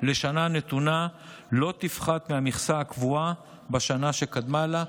לשנה נתונה לא תפחת מהמכסה הקבועה בשנה שקדמה לה.